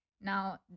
Now